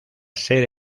ser